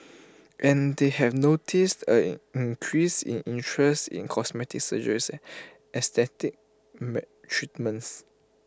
and they have noticed A an increase in interest in cosmetic surgeries aesthetic treatments